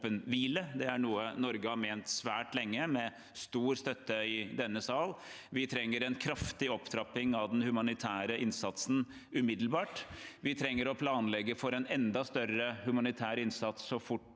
Det er noe Norge har ment svært lenge, med stor støtte i denne sal. Vi trenger en kraftig opptrapping av den humanitære innsatsen umiddelbart. Vi trenger å planlegge for en enda større humanitær innsats så fort